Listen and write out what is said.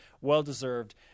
well-deserved